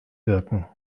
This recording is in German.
wirken